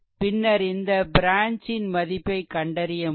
பின்னர் இந்த ப்ரான்ச் ன் மதிப்பை கண்டறிய முடியும்